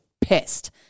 pissed